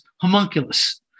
homunculus